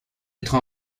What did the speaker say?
être